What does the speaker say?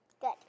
Good